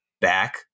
back